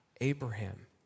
Abraham